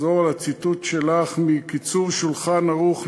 אחזור על הציטוט שלך מ"קיצור שולחן ערוך".